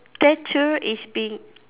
statue is being